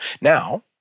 Now